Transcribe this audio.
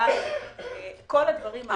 דיג, כל הדברים האלה.